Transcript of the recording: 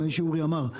נדמה לי שאורי אמר,